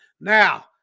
Now